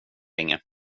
inget